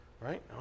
right